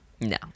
No